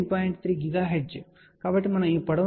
3 GHz కాబట్టి మనం ఈ పొడవును λ4 గా తీసుకోవాలి సరే